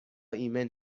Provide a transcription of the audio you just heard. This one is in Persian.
ایمن